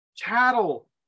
cattle